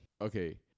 Okay